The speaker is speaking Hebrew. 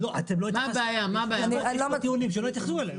יש פה טיעונים שלא התייחסו אליהם.